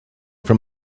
from